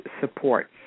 support